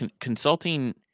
consulting